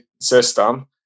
system